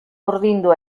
urdindu